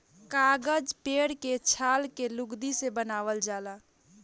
कागज पेड़ के छाल के लुगदी के बनावल जाला